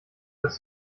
das